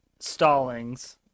Stallings